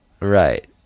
Right